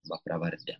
arba pravardė